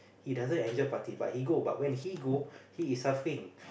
he doesn't enjoy party but he go but when he go he is suffering